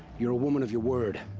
you're a woman of your word!